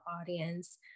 audience